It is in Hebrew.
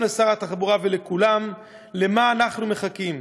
לשר התחבורה ולכולם: למה אנחנו מחכים?